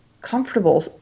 Comfortable